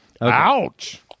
Ouch